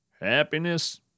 happiness